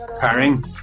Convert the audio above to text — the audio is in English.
pairing